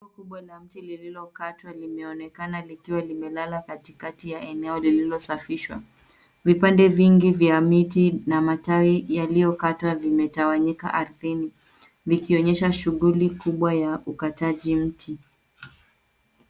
Gogo kubwa la mti lililokatwa limeonekana likiwa limelala katikati ya eneo lililosafishwa. Vipande vingi vya miti na matawi yaliyokatwa vimetawanyika arthini vikionyesha shughuli kubwa ya ukataji miti.